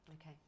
Okay